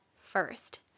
first